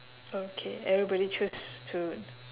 okay everybody choose to